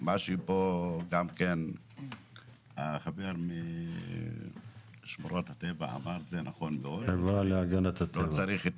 כמו שאמר נציג החברה להגנת הטבע זה נכון לא צריך את